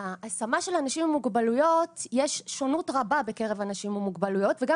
יש שונות רבה בקרב אנשים עם מוגבלויות וגם